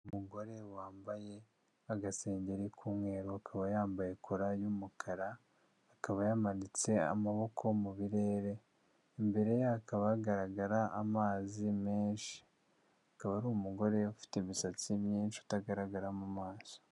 Umugore wambaye agasengeri k'umweru, akaba yambaye kora y'umukara, akaba yamanitse amaboko mu birere, imbere ye hakaba hagaragara amazi menshi, akaba ari umugore ufite imisatsi myinshi itagaragara mu maso.